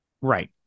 right